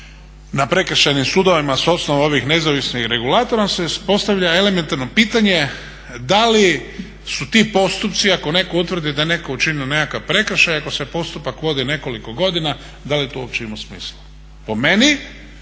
na prekršajnim sudovima s osnove ovih nezavisnih regulatora, onda se postavlja elementarno pitanje da li su ti postupci ako netko utvrdi da je netko učinio nekakav prekršaj, ako se postupak vodi nekoliko godina, da li to uopće ima smisla. Po meni